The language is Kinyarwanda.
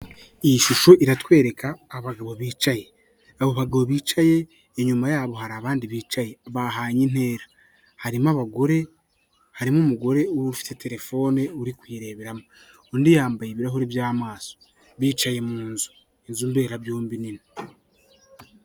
Iyi shusho iratwereka abagabo bicaye, abo bagabo bicaye inyuma yabo hari abandi bicaye bahanye intera, harimo abagore, harimo umugore ufite telefone uri kuyireberamo undi yambaye ibirahuri by'amaso bicaye mu nzu, inzu mberabyombi nini.